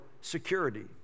security